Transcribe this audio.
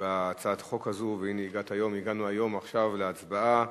בהצעת החוק הזאת, והנה הגענו היום, עכשיו, להצבעה.